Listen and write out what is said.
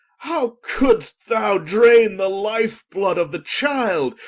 how could'st thou drayne the life-blood of the child,